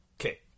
Okay